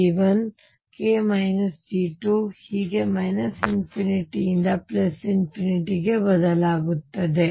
k G1 k G2 ಹೀಗೆ ಮತ್ತು ∞ ರಿಂದ ಬದಲಾಗುತ್ತದೆ